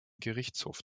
gerichtshof